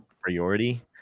priority